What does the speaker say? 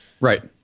Right